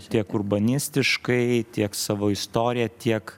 tiek urbanistiškai tiek savo istorija tiek